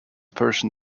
person